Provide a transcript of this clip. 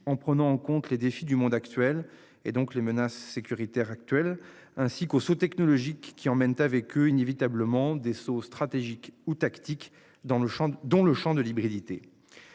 en prenant en compte les défis du monde actuel et donc les menaces sécuritaires actuels ainsi qu'aux sauts technologiques qui emmène avec eux inévitablement des Sceaux stratégique ou tactique dans le Champ dont le Champ de l'hybridité.